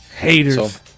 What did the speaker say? Haters